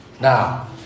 Now